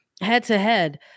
head-to-head